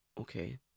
okay